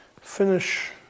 finish